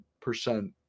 percent